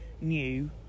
new